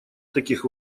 таких